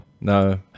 no